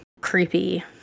creepy